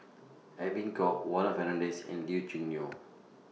Edwin Koek Warren Fernandez and Lee Choo Neo